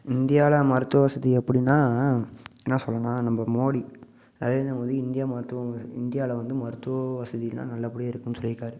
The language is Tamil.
இந்தியாவில் மருத்துவ வசதி எப்படின்னா என்ன சொல்லன்னால் நம்ம மோடி நரேந்திர மோடி இந்திய மருத்துவம் இந்தியாவில் வந்து மருத்துவ வசதிலாம் நல்லபடியாக இருக்குன்னு சொல்லியிருக்காரு